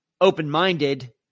open-minded